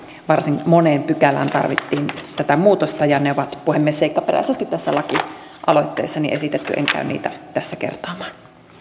varsin moneen pykälään tarvittiin tätä muutosta ja ne on puhemies seikkaperäisesti tässä lakialoitteessani esitetty en käy niitä tässä kertaamaan